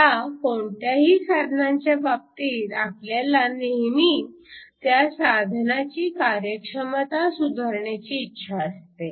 आता कोणत्याही साधनांच्या बाबतीत आपल्याला नेहमी त्या साधनांची कार्यक्षमता सुधारण्याची इच्छा असते